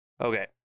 okay